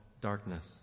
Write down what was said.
darkness